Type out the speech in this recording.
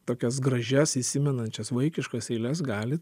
tokias gražias įsimenančias vaikiškas eiles gali